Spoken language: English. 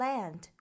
Land